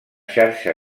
xarxa